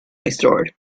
restored